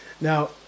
Now